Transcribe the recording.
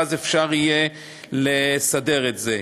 ואז אפשר יהיה לסדר את זה.